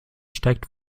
steigt